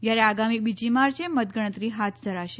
જયારે આગામી બીજી માર્ચે મતગણતરી હાથ ધરાશે